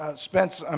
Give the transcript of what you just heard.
ah spencer, um